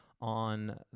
on